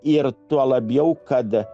ir tuo labiau kad